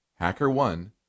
HackerOne